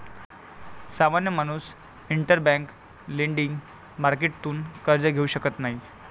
सामान्य माणूस interbank lending मार्केटतून कर्ज घेऊ शकत नाही